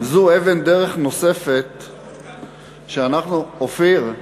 זו אבן דרך נוספת שאנחנו, אופיר,